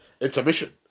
intermission